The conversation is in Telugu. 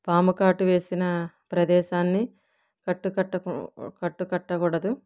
పాము కాటు వేసిన ప్రదేశాన్ని కట్టు కట్ట కట్టు కట్టకూడదు